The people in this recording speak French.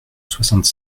soixante